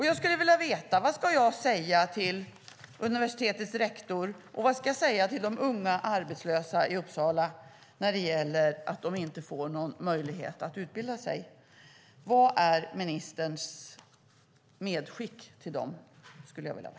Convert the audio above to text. Jag skulle vilja veta vad jag ska säga till universitetets rektor och till de unga arbetslösa i Uppsala som inte får någon möjlighet att utbilda sig. Vad är ministerns medskick till dem? Det skulle jag vilja veta.